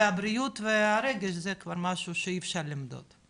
הבריאות והרגש זה כבר משהו שאי אפשר למדוד.